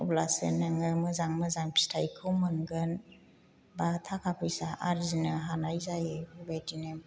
अब्लासो नोङो मोजां मोजां फिथाइखौ मोनगोन बा थाखा फैसा आर्जिनो हानाय जायो बेबायदिनो